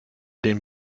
den